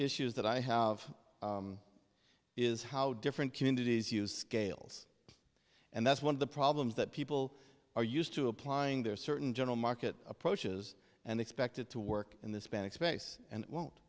issues that i have is how different communities use scales and that's one of the problems that people are used to applying there are certain general market approaches and expected to work in this panic space and won't